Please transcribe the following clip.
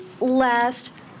last